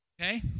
Okay